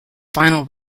final